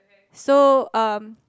so um